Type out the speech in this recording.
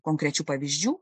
konkrečių pavyzdžių